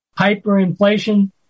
hyperinflation